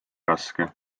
raske